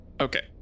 okay